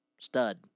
stud